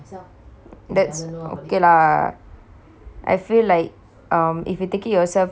that's okay lah I feel like um if you take it yourself is better also